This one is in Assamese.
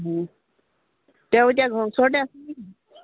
অঁ তেওঁ এতিয়া ঘৰ ওচৰতে আছে